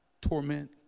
torment